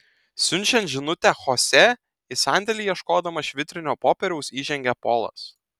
siunčiant žinutę chosė į sandėlį ieškodamas švitrinio popieriaus įžengia polas